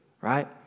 right